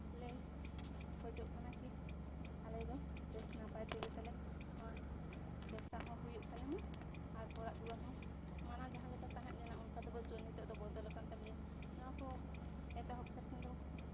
ᱟᱞᱮ ᱠᱷᱚᱡᱚᱜ ᱠᱟᱱᱟ ᱠᱤ ᱟᱞᱮᱫᱚ ᱵᱮᱥ ᱱᱟᱯᱟᱭ ᱛᱮᱜᱮ ᱛᱟᱞᱮ ᱱᱚᱣᱟ ᱵᱮᱵᱽᱥᱟ ᱦᱚᱸ ᱦᱩᱭᱩᱜ ᱛᱟᱞᱮᱢᱟ ᱟᱨ ᱚᱲᱟᱜ ᱫᱩᱣᱟᱹᱨ ᱦᱚᱸ ᱢᱟᱲᱟᱝ ᱡᱟᱦᱟᱸ ᱞᱮᱠᱟ ᱛᱟᱦᱮᱸᱜ ᱞᱮᱱᱟ ᱚᱱᱠᱟ ᱫᱚ ᱵᱟᱹᱪᱩᱜᱼᱟ ᱱᱤᱛᱳᱜ ᱫᱚ ᱵᱚᱫᱚᱞ ᱟᱠᱟᱱ ᱛᱟᱞᱮᱭᱟ ᱱᱚᱣᱟ ᱠᱚ ᱮᱛᱚᱦᱚᱵ ᱠᱟᱛᱮᱜ ᱫᱚ